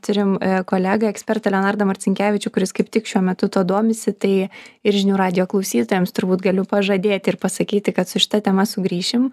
turim kolegą ekspertą leonardą marcinkevičių kuris kaip tik šiuo metu tuo domisi tai ir žinių radijo klausytojams turbūt galiu pažadėti ir pasakyti kad su šita tema sugrįšim